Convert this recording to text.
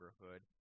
neighborhood